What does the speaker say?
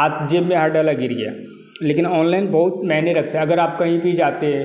आप जेब में हाथ डाला गिर गया लेकिन ऑनलाइन बहुत मायने रखता है अगर आप कहीं भी जाते है